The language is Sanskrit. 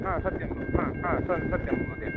सत्यं महो स सत्यं महोदय